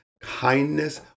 kindness